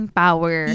power